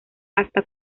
hasta